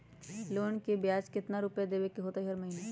Loan के ब्याज कितना रुपैया देबे के होतइ हर महिना?